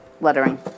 lettering